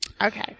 Okay